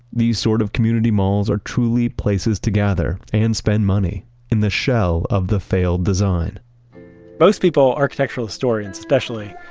these sort of community malls are truly places to gather and spend money in the shell of the failed design most people, architectural historians especially,